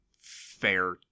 fair